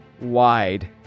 wide